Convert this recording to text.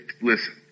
listen